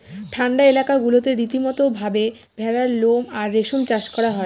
ঠান্ডা এলাকা গুলাতে রীতিমতো ভাবে ভেড়ার লোম আর রেশম চাষ করা হয়